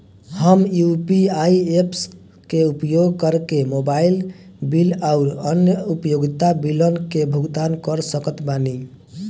हम UPI apps के उपयोग करके मोबाइल बिल आउर अन्य उपयोगिता बिलन के भुगतान कर सकत बानी